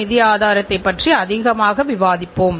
நாம் இப்போது உற்பத்தியை துவங்க இருக்கிறோம்